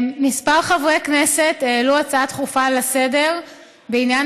כמה חברי כנסת העלו הצעה דחופה לסדר-היום בעניין